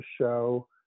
show